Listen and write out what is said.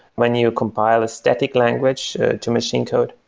when you compile a static language to machine code,